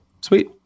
Sweet